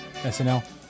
SNL